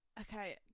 Okay